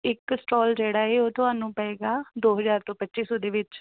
ਇੱਕ ਸਟੋਲ ਜਿਹੜਾ ਹੈ ਉਹ ਤੁਹਾਨੂੰ ਪਏਗਾ ਦੋ ਹਜ਼ਾਰ ਤੋਂ ਪੱਚੀ ਸੌ ਦੇ ਵਿੱਚ